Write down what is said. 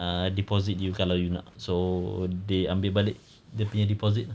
ah deposit you kalau you nak so they ambil balik dia punya deposit